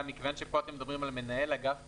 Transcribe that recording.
מכיוון שפה אתם מדברים על מנהל אגף פיקוח,